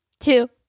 two